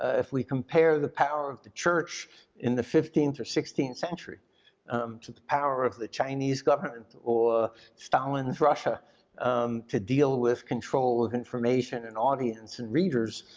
ah if we compare the power of the church in the fifteenth or sixteenth century to the power of the chinese government or stalin's russia to deal with control of information and audience and readers,